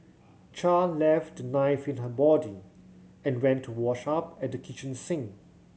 Char left the knife in her body and went to wash up at the kitchen sink